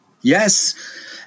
Yes